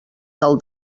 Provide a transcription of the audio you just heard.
del